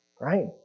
Right